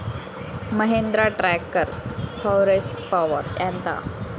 Mahindra tractor horse power ఎంత?